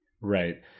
Right